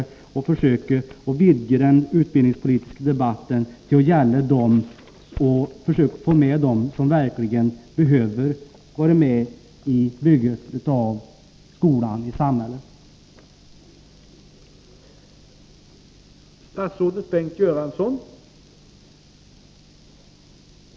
Flickorna försöker vidga den utbildningspolitiska debatten, så att de får med dem som verkligen behöver komma i åtanke när vi bygger upp samhällets skola.